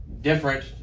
different